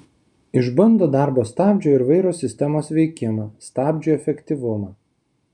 išbando darbo stabdžio ir vairo sistemos veikimą stabdžių efektyvumą